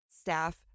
staff